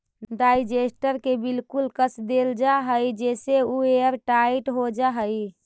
digester के बिल्कुल कस देल जा हई जेसे उ एयरटाइट हो जा हई